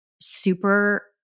super